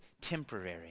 temporary